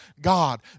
God